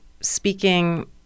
speaking